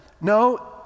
no